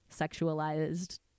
sexualized